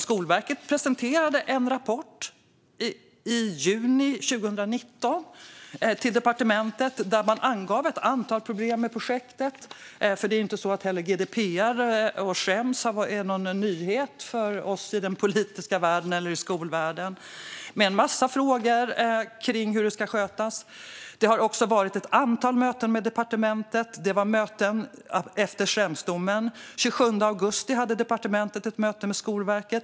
Skolverket presenterade i juni 2019 en rapport till departementet, där man angav ett antal problem med projektet. Det är ju inte så att GDPR och Schrems, med en massa frågor kring hur det ska skötas, är någon nyhet för oss i den politiska världen eller i skolvärlden. Det har också varit ett antal möten med departementet efter Schremsdomen. Den 27 augusti hade departementet ett möte med Skolverket.